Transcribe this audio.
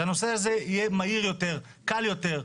שהנושא הזה יהיה מהיר יותר, קל יותר.